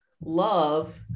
love